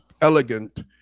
elegant